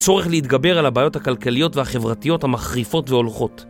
צורך להתגבר על הבעיות הכלכליות והחברתיות המחריפות והולכות